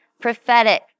Prophetic